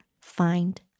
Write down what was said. find